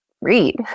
read